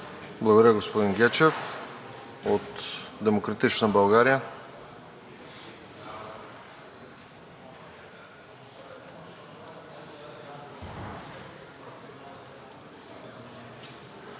Благодаря, господин Гечев. От „Демократичната България“.